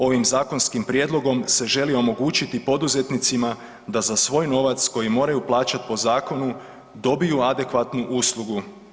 Ovim zakonskim prijedlogom se želi omogućiti poduzetnicima da za svoj novac koji moraju plaćati po zakonu dobiju adekvatnu uslugu.